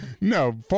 No